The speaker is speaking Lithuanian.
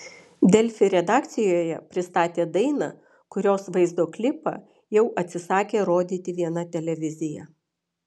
delfi redakcijoje pristatė dainą kurios vaizdo klipą jau atsisakė rodyti viena televizija